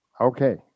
Okay